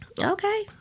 Okay